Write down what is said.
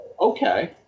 Okay